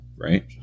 Right